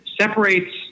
separates